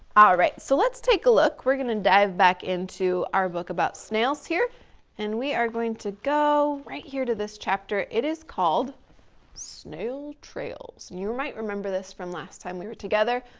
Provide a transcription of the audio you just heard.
ah right, so let's take a look. we're gonna dive back into our book about snails here and we are going to go right here to this chapter. it is called snail trails. you might remember this from last time we were together,